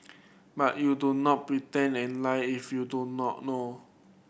but you do not pretend and lie if you don't not know